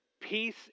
Peace